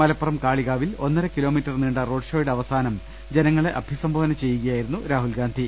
മലപ്പുറം കാളികാവിൽ ഒന്നര kilo metre നീണ്ട റോഡ്ഷോയുടെ അവസാനം ജനങ്ങളെ അഭിസംബോധന ചെയ്യുകയായിരുന്നു രാഹുൽഗാന്ധി